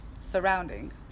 surrounding